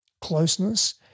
closeness